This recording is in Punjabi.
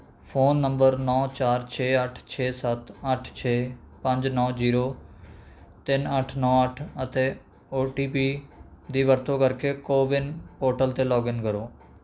ਫ਼ੋਨ ਨੰਬਰ ਨੌ ਚਾਰ ਛੇ ਅੱਠ ਛੇ ਸੱਤ ਅੱਠ ਛੇ ਪੰਜ ਨੌ ਜ਼ੀਰੋ ਤਿੰਨ ਅੱਠ ਨੌ ਅੱਠ ਅਤੇ ਓ ਟੀ ਪੀ ਦੀ ਵਰਤੋਂ ਕਰਕੇ ਕੋਵਿਨ ਪੋਰਟਲ 'ਤੇ ਲੌਗਇਨ ਕਰੋ